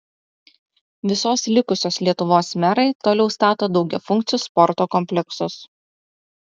visos likusios lietuvos merai toliau stato daugiafunkcius sporto kompleksus